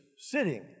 sitting